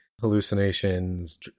hallucinations